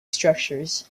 structures